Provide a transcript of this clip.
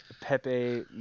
Pepe